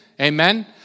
Amen